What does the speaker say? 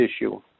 issue